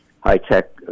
high-tech